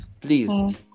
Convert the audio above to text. please